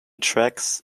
tracks